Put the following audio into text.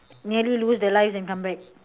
nearly lose their lives and come back